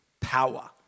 power